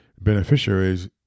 beneficiaries